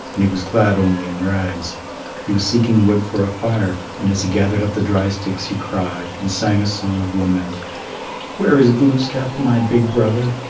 and he was clad only in rags he was seeking wood for a fire, and as he gathered up the dry sticks he cried, and sang a song of lament where is glooskap, my big brother?